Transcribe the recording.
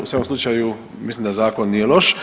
U svakom slučaju mislim da zakon nije loš.